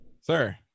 Sir